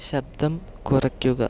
ശബ്ദം കുറയ്ക്കുക